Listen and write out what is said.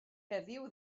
heddiw